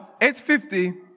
850